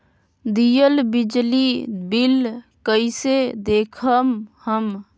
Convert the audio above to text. दियल बिजली बिल कइसे देखम हम?